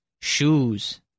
shoes